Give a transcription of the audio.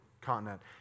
continent